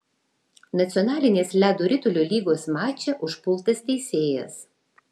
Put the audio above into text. nacionalinės ledo ritulio lygos mače užpultas teisėjas